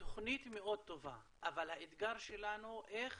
תוכנית מאוד טובה, אבל האתגר שלנו איך